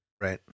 Right